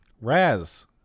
Raz